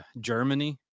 Germany